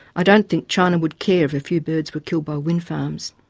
i don't think china would care if a few birds were killed by wind farms.